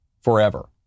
forever